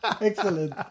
Excellent